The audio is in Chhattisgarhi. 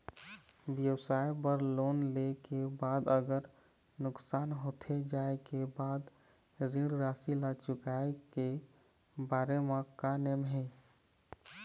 व्यवसाय बर लोन ले के बाद अगर नुकसान होथे जाय के बाद ऋण राशि ला चुकाए के बारे म का नेम हे?